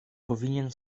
powinien